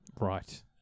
Right